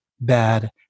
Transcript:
bad